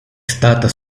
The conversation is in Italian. stata